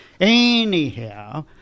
Anyhow